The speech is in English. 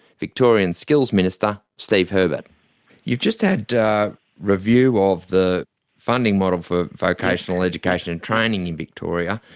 victorian skills minister steve herbert you've just had a review of the funding model for vocational education and training in victoria,